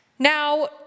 Now